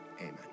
Amen